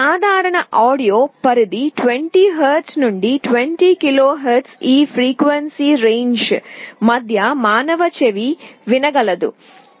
సాధారణ ఆడియో పరిధి 20 Hz నుండి 20 KHz ఈ ఫ్రీక్వెన్సీ పరిధి మధ్య మానవ చెవి వినగలదు అని మీకు తెలుసు కదా